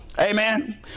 Amen